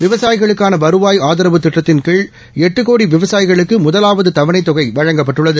விவசாயிகளுக்கான வருவாய் ஆதாரவு திட்டத்தின் கீழ் எட்டு கோடி விவசாயிகளுக்கு முதலாவது தவணைத் தொகை வழங்கப்பட்டுள்ளது